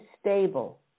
stable